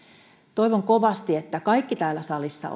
toivon kovasti kaikki täällä salissa